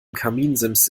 kaminsims